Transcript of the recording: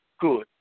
good